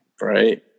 right